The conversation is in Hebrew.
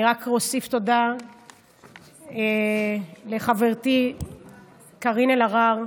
אני רק אוסיף תודה לחברתי קארין אלהרר,